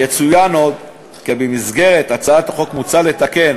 יצוין עוד כי במסגרת הצעת החוק מוצע לתקן